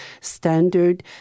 standard